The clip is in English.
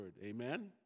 Amen